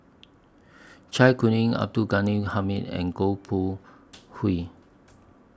Zai Kuning Abdul Ghani Hamid and Goh Koh Hui